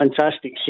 fantastic